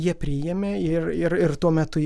jie priėmė ir ir ir tuo metu